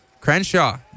Crenshaw